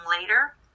later